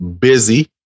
busy